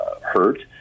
hurt